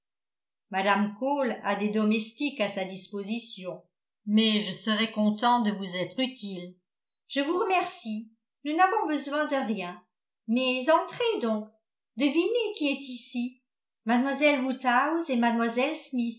mme cole a des domestiques à sa disposition mais je serai content de vous être utile je vous remercie nous n'avons besoin de rien mais entrez donc devinez qui est ici mlle woodhouse et